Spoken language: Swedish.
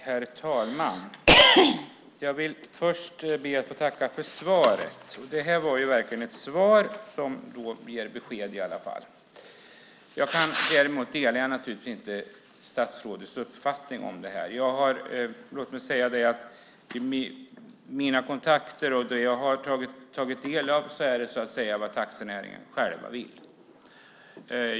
Herr talman! Jag ber att få tacka för svaret. Det här var ju verkligen ett svar som ger besked. Däremot delar jag naturligtvis inte statsrådets uppfattning. I mina kontakter har jag tagit del av att det är vad taxinäringen vill.